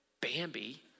Bambi